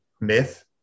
myth